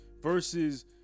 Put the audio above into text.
versus